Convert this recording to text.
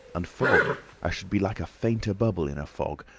and fog i should be like a fainter bubble in a fog,